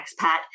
expat